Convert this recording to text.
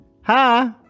Hi